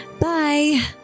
Bye